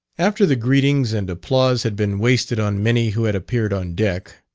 after the greetings and applause had been wasted on many who had appeared on deck,